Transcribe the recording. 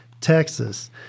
Texas